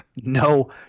No